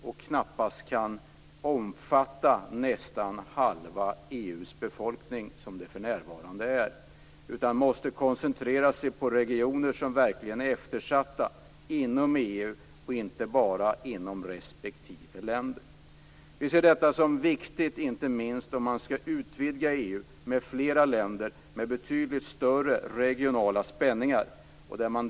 De kan då knappast omfatta nästan halva EU:s befolkning, som de för närvarande gör, utan de måste koncentreras till regioner som verkligen är eftersatta inom EU och inte bara inom respektive länder. Vi ser detta som viktigt, inte minst om man skall utvidga EU med fler länder med betydligt större regionala spänningar.